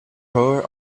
her